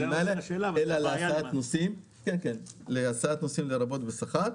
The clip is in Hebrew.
זה להסעת נוסעים, לרבות בשכר.